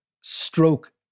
stroke